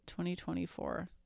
2024